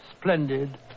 splendid